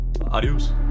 Adios